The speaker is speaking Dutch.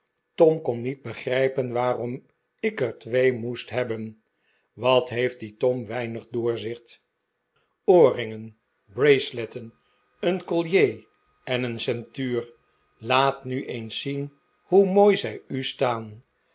tom kon niet be grijpen waarom ik er twee moest hebben wat heeft die tom weinig doorzicht oorringen braceletten een collier en een ceintuur laat nu eens zien hoe mooi zij u staan